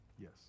Yes